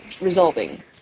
resolving